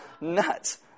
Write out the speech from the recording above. nuts